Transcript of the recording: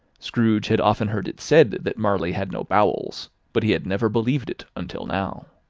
scrooge had often heard it said that marley had no bowels, but he had never believed it until now.